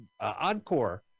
encore